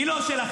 היא לא שלכם.